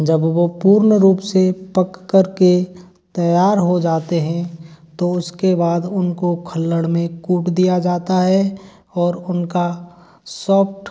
जब वो पूर्ण रूप से पककर के तैयार हो जाते हैं तो उसके बाद उनको खल्लड़ में कूट दिया जाता है और उनका सॉफ़्ट